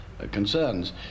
Concerns